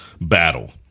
battle